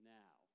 now